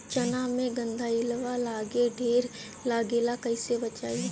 चना मै गधयीलवा लागे ला ढेर लागेला कईसे बचाई?